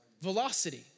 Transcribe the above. velocity